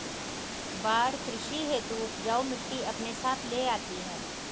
बाढ़ कृषि हेतु उपजाऊ मिटटी अपने साथ ले आती है